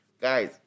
Guys